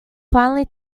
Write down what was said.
finally